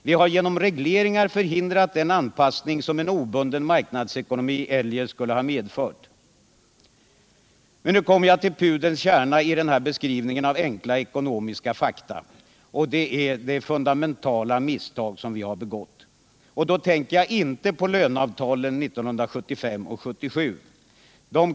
Vi har genom regleringar förhindrat den anpassning som en obunden marknadsekonomi eljest skulle ha medfört. Jag kommer nu till pudelns kärna i den här beskrivningen av enkla ekonomiska fakta, det fundamentala misstag som vi har begått. Jag tänker då inte på löneavtalen 1975 och 1977.